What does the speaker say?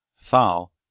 Thal